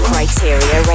Criteria